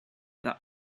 that